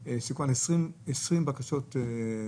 לגבי העניין שנאמר שאין הגבלה ומי שצריך עובד זר מזמין,